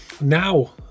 Now